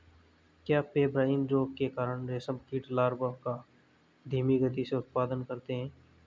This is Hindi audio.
क्या पेब्राइन रोग के कारण रेशम कीट लार्वा का धीमी गति से उत्पादन करते हैं?